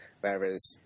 Whereas